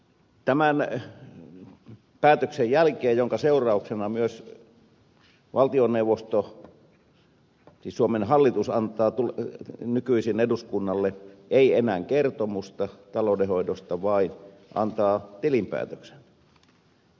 tämän päätöksen jälkeen seurauksena myös valtioneuvosto siis suomen hallitus ei anna nykyisin eduskunnalle enää kertomusta taloudenhoidosta vaan tilinpäätöksen ja tilinpäätöskertomuksen